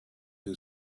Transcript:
who